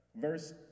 Verse